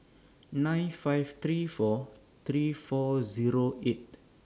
nine five three four three four Zero eight